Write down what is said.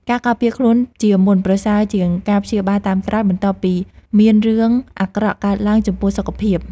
ការការពារខ្លួនជាមុនប្រសើរជាងការព្យាបាលតាមក្រោយបន្ទាប់ពីមានរឿងអាក្រក់កើតឡើងចំពោះសុខភាព។